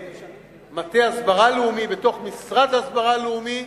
למטה הסברה לאומי בתוך משרד להסברה לאומית,